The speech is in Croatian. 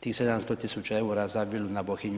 tih 700.000,00 EUR-a za … [[Govornik se ne razumije]] na Bohinju?